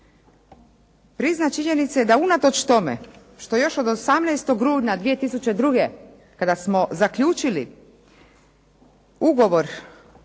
prizna činjenice, da unatoč tome što još od 18. rujna 2002. kada smo zaključili ugovor